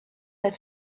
that